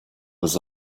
was